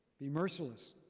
be merciless.